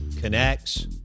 connects